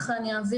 להגיע